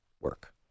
work